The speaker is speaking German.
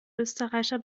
österreicher